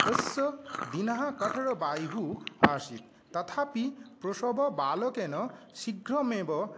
तस्य दिनः कठोरवायुः आसीत् तथापि बृषभबालकेन शीघ्रमेव